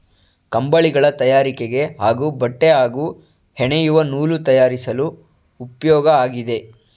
ಕಂಬಳಿಗಳ ತಯಾರಿಕೆಗೆ ಹಾಗೂ ಬಟ್ಟೆ ಹಾಗೂ ಹೆಣೆಯುವ ನೂಲು ತಯಾರಿಸಲು ಉಪ್ಯೋಗ ಆಗಿದೆ